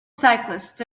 cyclists